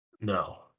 No